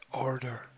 order